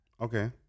Okay